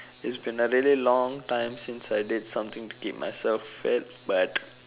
it's been a really long time since I did something to keep myself fit but